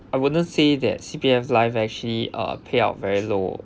I wouldn't say that C_P_F life actually uh payout very low